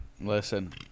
Listen